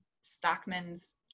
stockman's